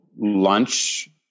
lunch